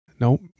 Nope